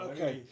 Okay